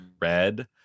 red